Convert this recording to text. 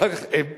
ואחר כך בגדים,